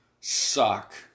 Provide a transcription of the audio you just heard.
suck